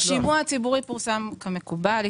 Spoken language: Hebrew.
השימוע הציבורי פורסם כמקובל.